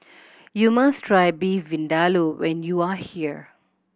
you must try Beef Vindaloo when you are here